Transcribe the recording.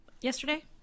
yesterday